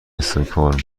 استکهلم